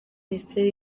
minisiteri